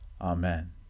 Amen